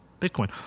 Bitcoin